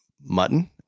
mutton